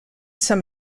some